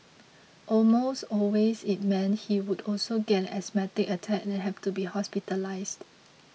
almost always it meant he would also get an asthmatic attack and have to be hospitalised